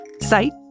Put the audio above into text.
sight